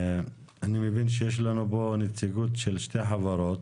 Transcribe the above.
אני מבין שיש לנו פה נציגות של שתי חברות,